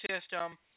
system